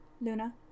Luna